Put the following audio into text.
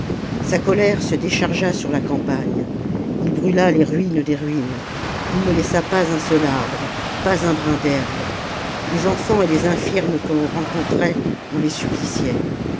sa colère se déchargea sur la campagne ii brûla les ruines des ruines il ne laissa pas un seul arbre pas un brin d'herbe les enfants et les infirmes que l'on rencontrait on les suppliciait